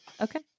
Okay